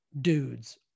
dudes